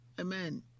Amen